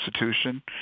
institution